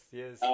yes